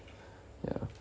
ya